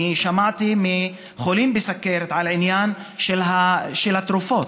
שמעתי מחולים בסוכרת על העניין של התרופות.